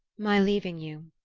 my leaving you.